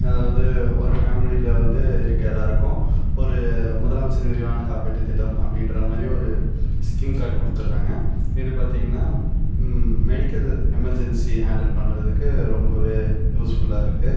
அதவாது ஒரு ஃபேமிலியில் வந்து இருக்கிற எல்லாேருக்கும் ஒரு முதலமைச்சரின் விரிவானக் காப்பீட்டுத் திட்டம் அப்படின்ற மாதிரி ஒரு ஸ்கீம் கார்டு கொடுத்துடுறாங்க இது பார்த்தீங்கனா மெடிக்கல் எமர்ஜென்சி ஹேண்டில் பண்ணுறத்துக்கு ரொம்பவே யூஸ்ஃபுல்லாக இருக்குது